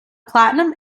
platinum